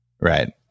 right